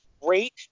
great